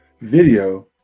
video